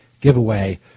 giveaway